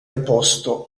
deposto